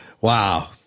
Wow